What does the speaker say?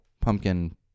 pumpkin